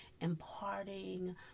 imparting